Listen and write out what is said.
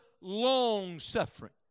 long-suffering